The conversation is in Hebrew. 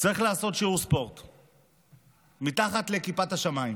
בשעה 12:00 צריך לעשות שיעור ספורט מתחת לכיפת השמיים.